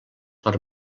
per